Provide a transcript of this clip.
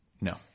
No